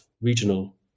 regional